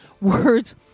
words